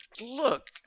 Look